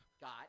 got